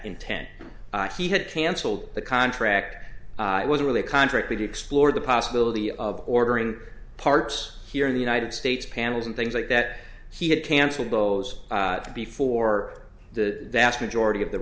intent he had cancelled the contract was really a contract would explore the possibility of ordering parts here in the united states panels and things like that he had cancelled those before the vast majority of the